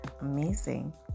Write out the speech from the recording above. amazing